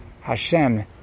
Hashem